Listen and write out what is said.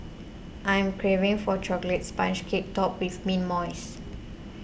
I am craving for a Chocolate Sponge Cake Topped with Mint Mousse